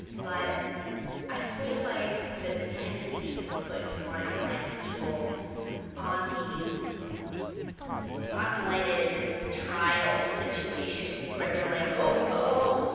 but i feel like the tendency to put marginalized people on these spotlighted trial situations where they're like, oh, oh